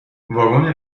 واگن